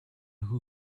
who